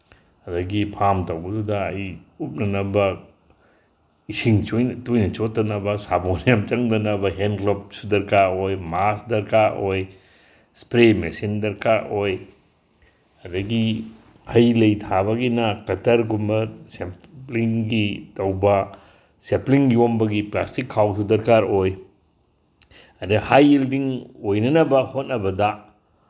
ꯑꯗꯒꯤ ꯐꯥꯝ ꯇꯧꯕꯗꯨꯗ ꯑꯩ ꯎꯞꯅꯅꯕ ꯏꯁꯤꯡ ꯇꯣꯏꯅ ꯆꯣꯠꯇꯅꯕ ꯁꯥꯄꯣꯟ ꯌꯥꯝ ꯆꯪꯗꯅꯕ ꯍꯦꯟ ꯒ꯭ꯂꯣꯞꯁꯨ ꯗꯔꯀꯥꯔ ꯑꯣꯏ ꯃꯥꯁꯛ ꯗꯔꯀꯥꯔ ꯑꯣꯏ ꯏꯁꯄ꯭ꯔꯦ ꯃꯦꯆꯤꯟ ꯗꯔꯀꯥꯔ ꯑꯣꯏ ꯑꯗꯒꯤ ꯍꯩ ꯂꯩ ꯊꯥꯕꯒꯤꯅ ꯇꯛꯇꯔꯒꯨꯝꯕ ꯁꯦꯞꯂꯤꯡꯒꯤ ꯇꯧꯕ ꯁꯦꯄ꯭ꯂꯤꯡ ꯌꯣꯝꯕꯒꯤ ꯄ꯭ꯂꯥꯁꯇꯤꯛ ꯈꯥꯎꯁꯨ ꯗꯔꯀꯥꯔ ꯑꯣꯏ ꯑꯗꯩ ꯍꯥꯏ ꯌꯦꯜꯗꯤꯡ ꯑꯣꯏꯅꯅꯕ ꯍꯣꯠꯅꯕꯗ